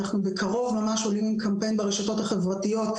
אנחנו בקרוב ממש עולים עם קמפיין ברשתות החברתיות,